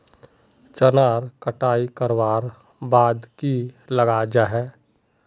चनार कटाई करवार बाद की लगा जाहा जाहा?